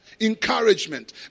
encouragement